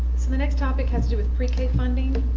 so the next topic has to do with pre-k funding.